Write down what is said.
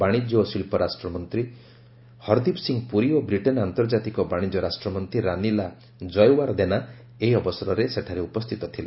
ବାଶିଜ୍ୟ ଓ ଶିଳ୍ପ ରାଷ୍ଟ୍ରମନ୍ତ୍ରୀ ହର୍ଦୀପ୍ ସିଂହ ପୁରୀ ଓ ବ୍ରିଟେନ୍ ଆନ୍ତର୍ଜାତିକ ବାଣିଜ୍ୟ ରାଷ୍ଟ୍ରମନ୍ତ୍ରୀ ରାନିଲ୍ ଜୟୱାର୍ଦେନା ଏହି ଅବସରରେ ସେଠାରେ ଉପସ୍ଥିତ ଥିଲେ